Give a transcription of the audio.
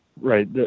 right